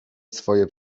swoje